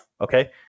Okay